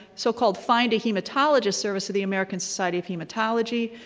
so-called find a hematologist service of the american society of hematology,